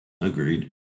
Agreed